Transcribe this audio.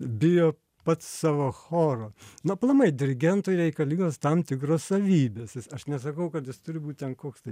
bijo pats savo choro nu aplamai dirigentui reikalingos tam tikros savybės jis aš nesakau kad jis turi būt ten koks tai